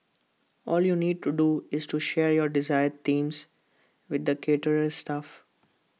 all you need to do is to share your desired themes with the caterer's staff